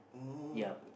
um